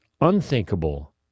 unthinkable